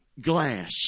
glass